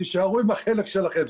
תישארו עם החלק שלכם.